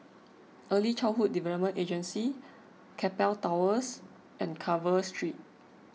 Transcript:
Early Childhood Development Agency Keppel Towers and Carver Street